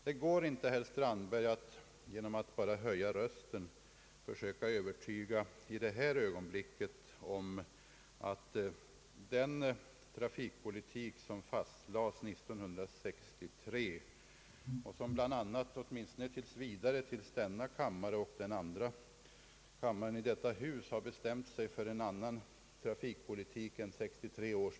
Det går inte, herr Strandberg, att bara genom att höja rösten övertyga om att den trafikpolitik som fastlades 1963 och som åtminstone tills vidare, åtminstone tills riksdagen har bestämt sig för en annan trafikpolitik än den, skall ändras.